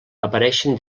apareixen